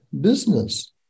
business